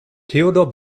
theodor